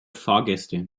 fahrgäste